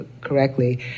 correctly